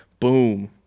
Boom